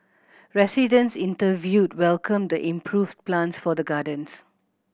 residents interviewed welcomed the improved plans for the gardens